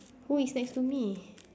who is next to me